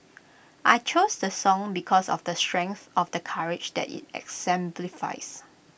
I chose the song because of the strength of the courage that IT exemplifies